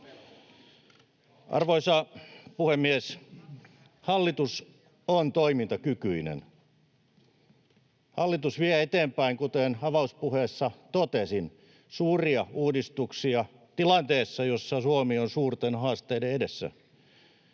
Arvoisa puhemies! Hallitus on toimintakykyinen. Hallitus vie eteenpäin, kuten avauspuheessa totesin, suuria uudistuksia tilanteessa, jossa Suomi on suurten haasteiden edessä.